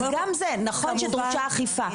נכון שדרושה אכיפה,